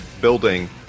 building